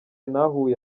ntahuye